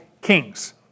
Kings